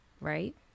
right